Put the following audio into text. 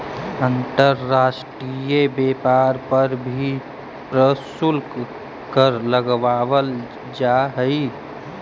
अंतर्राष्ट्रीय व्यापार पर भी प्रशुल्क कर लगावल जा हई